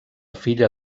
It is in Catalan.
filla